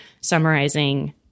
summarizing